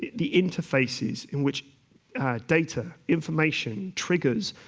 the interfaces in which data, information triggers